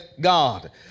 God